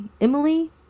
Emily